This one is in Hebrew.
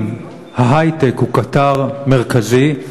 אם ההיי-טק הוא קטר מרכזי,